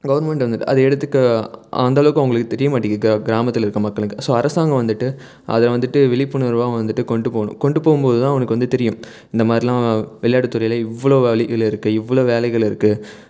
government வந்து அதை எடுத்துக்க அந்தளவுக்கு அவங்களுக்கு தெரிய மாட்டேங்குது கிராமத்தில் இருக்க மக்களுக்கு ஸோ அரசாங்கம் வந்துட்டு அதை வந்துட்டு விழிப்புணர்வா வந்துட்டு கொண்டுட்டு போகணும் கொண்டு போகும்போது தான் அவனுக்கு வந்து தெரியும் இந்த மாதிரிலாம் விளையாட்டு துறையில் இவ்வளோ வழிகள் இருக்குது இவ்வளோ வேலைகள் இருக்குது